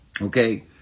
Okay